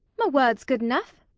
my word's good enough.